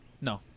No